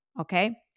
Okay